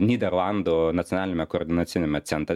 nyderlandų nacionaliniame koordinaciniame centre